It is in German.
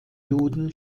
juden